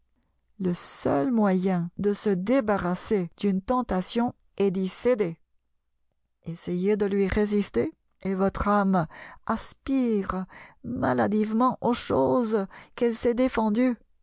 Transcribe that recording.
le seul moyen de se débarrasser d'une tentation est d'y céder essayez de lui résister et votre âme aspire maladivement aux choses qu'elle s'est défendues